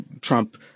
Trump